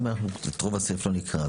אם אנחנו את רוב הסעיף לא נקרא,